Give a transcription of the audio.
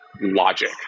logic